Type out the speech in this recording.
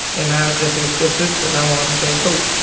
and i just was persistent. i wanted that coat.